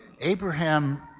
abraham